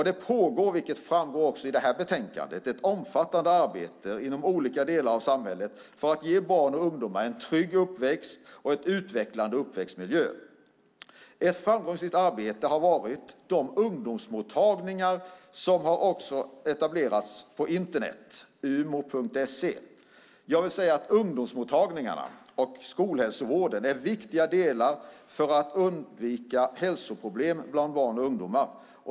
Det pågår, vilket också framgår i betänkandet, ett omfattande arbete inom olika delar av samhället för att ge barn och ungdomar en trygg uppväxt och en utvecklande uppväxtmiljö. Ett framgångsrikt arbete har också varit de ungdomsmottagningar som har etablerats på Internet - umo.se. Ungdomsmottagningarna och skolhälsovården är viktiga delar för att undvika hälsoproblem bland barn och ungdomar.